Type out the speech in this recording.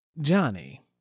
Johnny